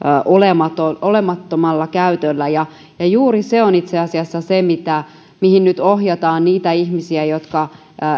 olemattomalla olemattomalla käytöllä ja juuri se on itse asiassa se mihin nyt ohjataan niitä ihmisiä jotka